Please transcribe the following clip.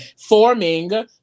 forming